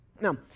Now